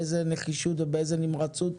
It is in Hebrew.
באיזה נחישות ובאיזה נמרצות,